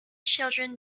children